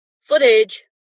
footage